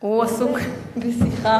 הוא עסוק בשיחה.